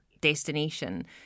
destination